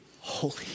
holy